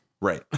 Right